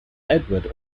edward